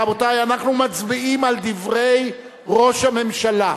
רבותי, אנחנו מצביעים על דברי ראש הממשלה,